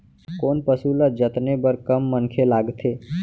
कोन पसु ल जतने बर कम मनखे लागथे?